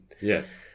Yes